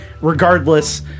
Regardless